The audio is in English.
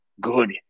good